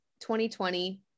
2020